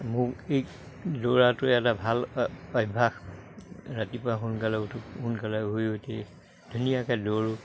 মোক এই দৌৰাটোৱে এটা ভাল অভ্যাস ৰাতিপুৱা সোনকালে উঠো সোনকালে শুই উঠি ধুনীয়াকে দৌৰোঁ